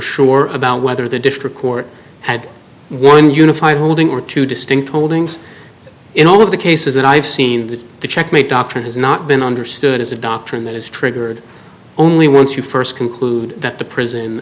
sure about whether the district court had one unified holding or two distinct holdings in all of the cases that i've seen that the checkmate doctrine has not been understood is a doctrine that is triggered only once you first conclude that the prison